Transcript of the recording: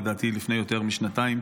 לדעתי לפני יותר משנתיים,